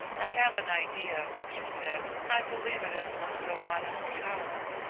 i have an idea, she said. i believe it is from sylvanus power.